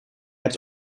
hebt